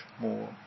more